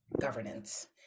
governance